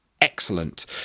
excellent